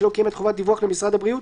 שלא קיים את חובת הדיווח למשרד הבריאות",